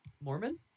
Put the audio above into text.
Mormon